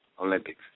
Olympics